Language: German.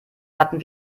hatten